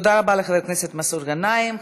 תודה רבה לחבר הכנסת מסעוד גנאים.